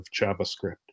JavaScript